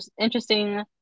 interesting